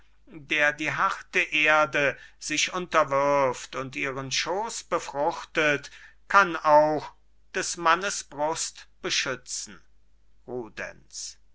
der die harte erde sich unterwirft und ihren schoß befruchtet kann auch des mannes brust beschützen